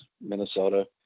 Minnesota